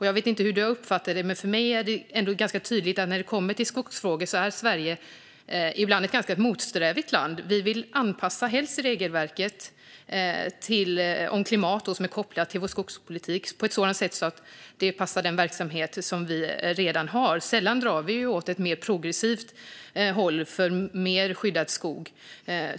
Jag vet inte hur du har uppfattat det, men för mig är det ganska tydligt att Sverige när det kommer till skogsfrågor ibland är ett ganska motsträvigt land. Vi vill helst anpassa regelverket om klimat som är kopplat till vår skogspolitik på ett sådant sätt att det passar den verksamhet vi redan har. Sällan drar vi åt ett mer progressivt håll, för mer skyddad skog.